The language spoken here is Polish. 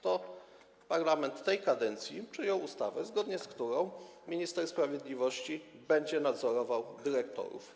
To parlament tej kadencji przyjął ustawę, zgodnie z którą minister sprawiedliwości będzie nadzorował dyrektorów.